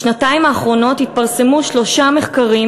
בשנתיים האחרונות התפרסמו שלושה מחקרים